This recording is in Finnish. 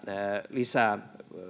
lisää